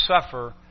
suffer